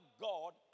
God